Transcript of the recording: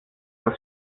das